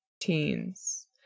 teens